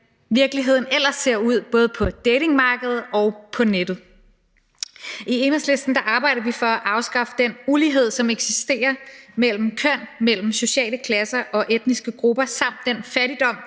virkeligheden ellers ser ud både på datingmarkedet og på nettet. I Enhedslisten arbejder vi for at afskaffe den ulighed, som eksisterer mellem køn, mellem sociale klasser og etniske grupper samt den fattigdom,